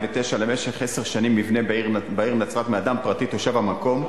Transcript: למשך עשר שנים מבנה בעיר נצרת מאדם פרטי תושב המקום.